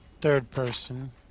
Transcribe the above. third-person